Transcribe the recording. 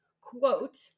quote